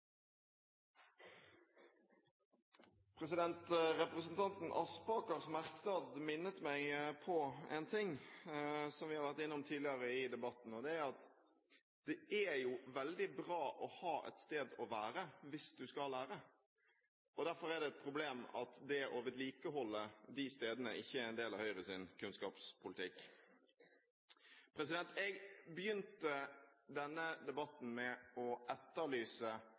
Representanten Aspakers merknad minnet meg på en ting som vi har vært innom tidligere i debatten. Det er at det er veldig bra å ha et sted å være hvis du skal lære, og derfor er det et problem at det å vedlikeholde de stedene ikke er en del av Høyres kunnskapspolitikk. Jeg begynte denne debatten med å etterlyse